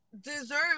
deserve